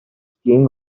skiing